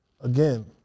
again